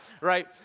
right